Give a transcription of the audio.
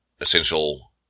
essential